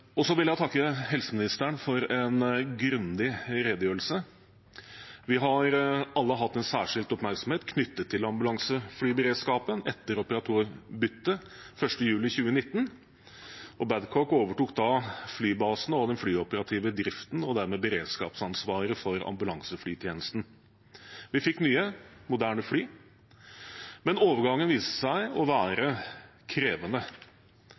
vil også takke helseministeren for en grundig redegjørelse. Vi har alle hatt en særskilt oppmerksomhet på ambulanseflyberedskapen etter operatørbyttet den 1. juli 2019. Babcock overtok da flybasen og den flyoperative driften og dermed beredskapsansvaret for ambulanseflytjenesten. Vi fikk nye, moderne fly, men overgangen viste seg å være krevende.